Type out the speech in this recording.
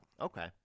Okay